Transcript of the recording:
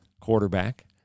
quarterback